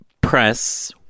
press